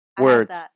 words